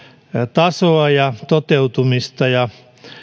tasoa ja toteutumista ja